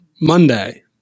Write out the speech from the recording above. Monday